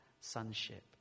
sonship